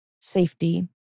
safety